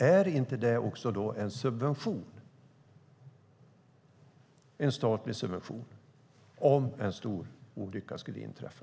Är inte det också en statlig subvention om en stor olycka skulle inträffa?